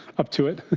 up to it?